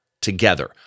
together